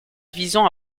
visant